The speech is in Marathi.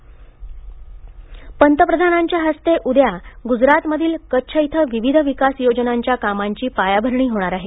पंतप्रधान गजरात पंतप्रधानांच्या हस्ते उद्या गुजरातमधील कच्छ येथे विविध विकास योजनांच्या कामांची पायाभरणी होणार आहे